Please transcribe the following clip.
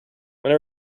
when